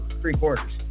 Three-quarters